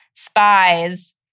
spies